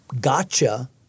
gotcha